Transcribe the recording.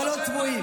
אבל לא צבועים.